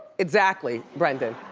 exactly, brendan.